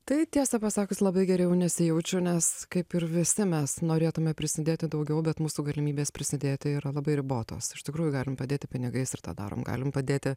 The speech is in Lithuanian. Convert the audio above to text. tai tiesa pasakius labai geriau nesijaučiu nes kaip ir visi mes norėtume prisidėti daugiau bet mūsų galimybės prisidėti yra labai ribotos iš tikrųjų galim padėti pinigais ir tą darom galim padėti